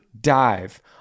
dive